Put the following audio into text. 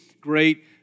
Great